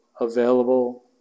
available